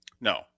No